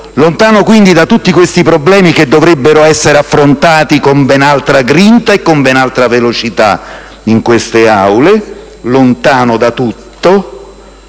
lontani quindi da tutti questi problemi che dovrebbero essere affrontati con ben altra grinta e velocità in queste Aule, lontani da tutti,